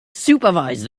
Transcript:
supervise